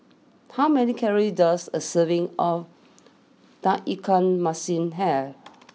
how many calories does a serving of Tauge Ikan Masin have